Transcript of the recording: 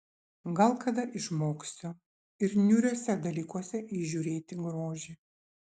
gal kada išmoksiu ir niūriuose dalykuose įžiūrėti grožį